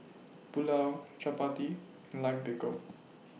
Pulao Chapati and Lime Pickle